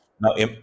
Now